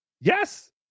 yes